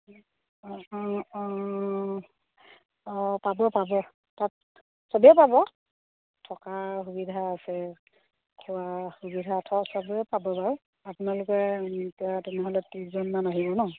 অঁ অঁ অঁ অঁ পাব পাব তাত সবেই পাব থকা সুবিধা আছে খোৱা সুবিধা থ সবৰে পাব বাৰু আপোনালোকে এতিয়া তেনেহ'লে ত্ৰিছজনমান আহিব নহ্